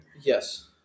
Yes